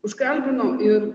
užkalbinau ir